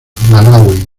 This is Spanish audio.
malaui